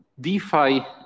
DeFi